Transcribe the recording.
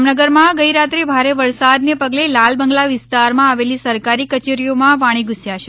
જામનગરમાં ગઈ રાત્રે ભારે વરસાદને પગલે લાલ બંગલા વિસ્તારમાં આવેલી સરકારી કચેરીઓમાં પાણી ધુસ્યાં છે